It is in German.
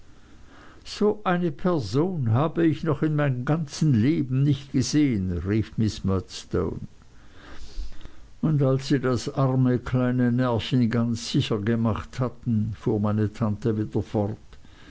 so eine person habe ich noch in meinem ganzen leben nicht gesehen rief miß murdstone und als sie das arme kleine närrchen ganz sicher gemacht hatten fuhr meine tante wieder fort